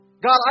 God